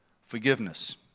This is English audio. forgiveness